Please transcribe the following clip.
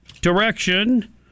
direction